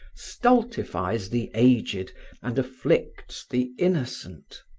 stultifies the aged and afflicts the innocent.